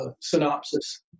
synopsis